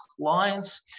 clients